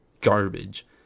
garbage